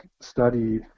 study